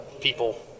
people